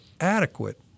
adequate